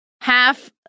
half